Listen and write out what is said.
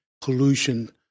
pollution